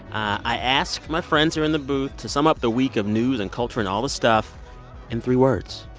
i ask my friends who are in the booth to sum up the week of news and culture and all this stuff in three words.